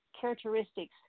characteristics